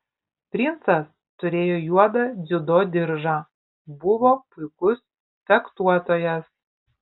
princas turėjo juodą dziudo diržą buvo puikus fechtuotojas